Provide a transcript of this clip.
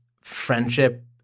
friendship